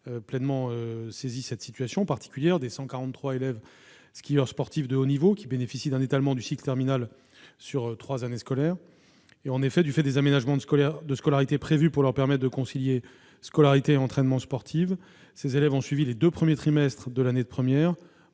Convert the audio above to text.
pleinement emparée de la situation particulière des 143 élèves skieurs sportifs de haut niveau bénéficiant d'un étalement du cycle terminal sur trois années scolaires. Du fait des aménagements de scolarité prévus pour leur permettre de concilier scolarité et entraînement sportif, ces élèves ont suivi les deux premiers trimestres de l'année de première